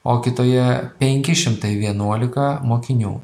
o kitoje penki šimtai vienuolika mokinių